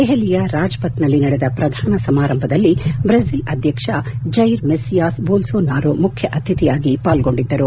ದೆಹಲಿಯ ರಾಜ್ಪಥ್ನಲ್ಲಿ ನಡೆದ ಪ್ರಧಾನ ಸಮಾರಂಭದಲ್ಲಿ ಬ್ರೆಜಿಲ್ ಅಧ್ಯಕ್ಷ ಜೈರ್ ಮೆಸ್ಸಿಯಾಸ್ ಬೊಲ್ಲೊನಾರೊ ಮುಖ್ಯ ಅತಿಥಿಯಾಗಿ ಪಾಲ್ಗೊಂಡಿದ್ದರು